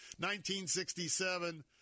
1967